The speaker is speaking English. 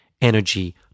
energy